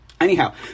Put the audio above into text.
Anyhow